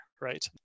right